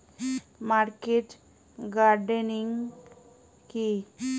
Market gardening কি?